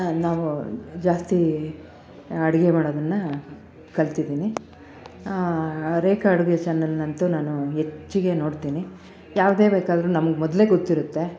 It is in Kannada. ನಾವು ಜಾಸ್ತಿ ಅಡುಗೆ ಮಾಡೋದನ್ನು ಕಲ್ತಿದ್ದೀನಿ ರೇಖಾ ಅಡುಗೆ ಚಾನಲ್ನಂತು ನಾನು ಹೆಚ್ಚಿಗೆ ನೋಡ್ತೀನಿ ಯಾವುದೇ ಬೇಕಾದರೂ ನಮಗೆ ಮೊದಲೇ ಗೊತ್ತಿರುತ್ತೆ